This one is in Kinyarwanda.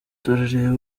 turareba